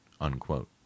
Unquote